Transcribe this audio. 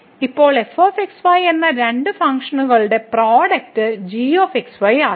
ഇപ്പോൾ fxy എന്ന രണ്ട് ഫംഗ്ഷനുകളുടെ പ്രോഡക്റ്റ് gx y ആക്കി